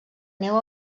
neu